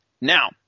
Now